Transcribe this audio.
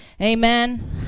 Amen